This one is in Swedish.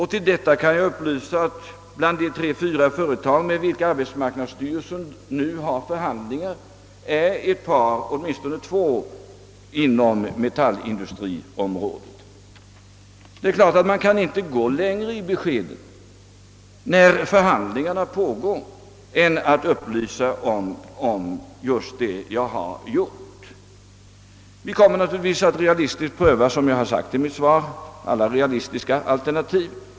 Härtill kan jag foga upplysningen att av de tre fyra företag, med vilka arbetsmarknadsstyrelsen nu för förhandlingar, ligger åtminstone två inom metallindustriområdet. Närmare besked kan jag inte gärna lämna då förhandlingarna pågår. Vi kommer naturligtvis, som jag sagt i mitt svar, att pröva alla realistiska alternativ.